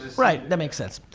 right, that makes sense.